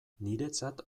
niretzat